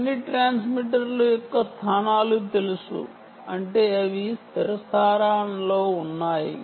అన్నిట్రాన్స్మిటర్లు యొక్క స్థానాలు తెలుసు అంటే అవి స్థిర స్థానాల్లో ఉన్నాయి